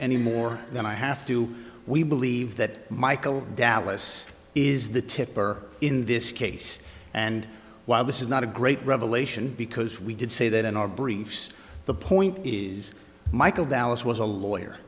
any more than i have to we believe that michael dallas is the tipper in this case and while this is not a great revelation because we did say that in our briefs the point is michael dallas was a lawyer